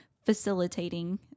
facilitating